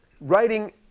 writing